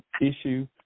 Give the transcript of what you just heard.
issue